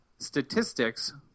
Statistics